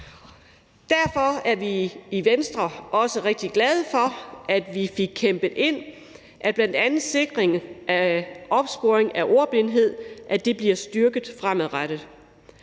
Derfor er vi i Venstre også rigtig glade for, at vi fik kæmpet ind, at vi f.eks. sikrer, at opsporing af ordblindhed bliver styrket fremadrettet.